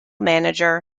manager